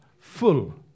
full